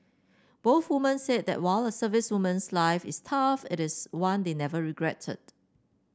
both woman said that while a servicewoman's life is tough it is one they never regretted